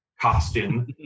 costume